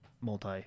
multi